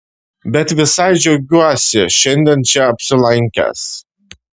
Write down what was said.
bet visai džiaugiuosi šiandien čia apsilankęs